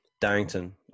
Darrington